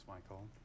Michael